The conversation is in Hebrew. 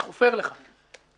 אני "חופר" לך, אני שואל.